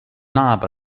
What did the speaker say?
knob